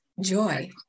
joy